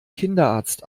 kinderarzt